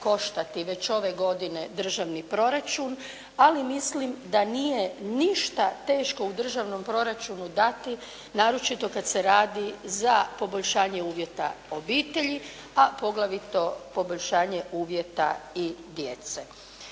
već ove godine državni proračun, ali mislim da nije ništa teško u državnom proračunu dati naročito kad se radi za poboljšanje uvjeta obitelji, a poglavito poboljšanje uvjeta i djece.